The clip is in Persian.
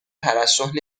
ترشح